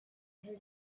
her